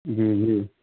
جی جی